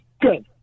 Good